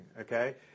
okay